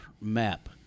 map